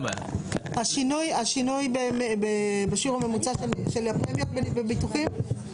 השינוי בשיעור הממוצע של הפרמיות בביטוחים?